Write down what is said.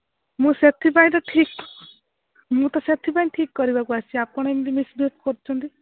ମୁଁ ସେଥିପାଇଁ ତ ଠିକ୍ ମୁଁ ତ ସେଥିପାଇଁ ଠିକ୍ କରିବାକୁ ଆସିଛି ଆପଣ ଏମିତି ମିସ୍ବିହେଭ୍ କରୁଛନ୍ତି